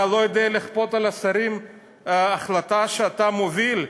אתה לא יודע לכפות על השרים החלטה שאתה מוביל,